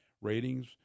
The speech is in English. ratings